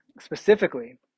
specifically